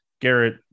Garrett